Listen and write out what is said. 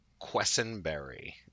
Quessenberry